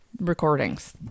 recordings